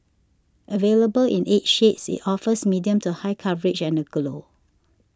available in eight shades it offers medium to high coverage and a glow